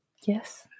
yes